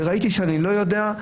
וראיתי שאני לא יודע.